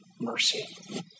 mercy